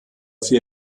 vier